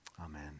amen